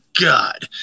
God